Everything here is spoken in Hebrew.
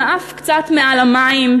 עם האף קצת מעל למים.